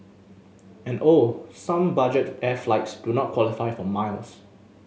and oh some budget air flights do not qualify for miles